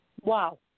Wow